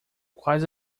quais